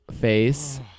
face